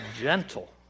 gentle